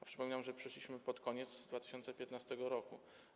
A przypominam, że przyszliśmy pod koniec 2015 r.